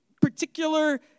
particular